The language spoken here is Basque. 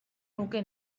nuke